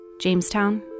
Jamestown